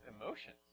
emotions